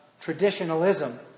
traditionalism